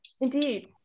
Indeed